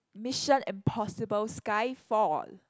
Mission-Impossible-Sky-Fall